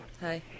Hi